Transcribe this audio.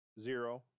Zero